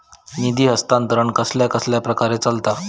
निधी हस्तांतरण कसल्या कसल्या प्रकारे चलता?